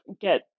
get